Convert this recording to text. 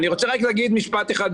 אני רוצה רק להגיד משפט אחד,